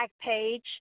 page